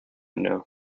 know